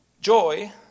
joy